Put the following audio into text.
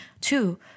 Two